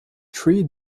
three